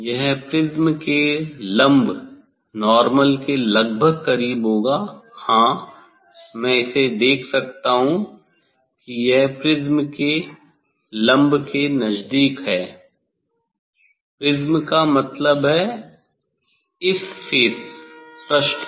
यह प्रिज्म के लम्ब के लगभग करीब होगा हां मैं इसे देख सकता हूं कि यह प्रिज्म के लम्ब के नज़दीक होगा प्रिज्म का मतलब है इस फेस पृष्ठ पर